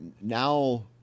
now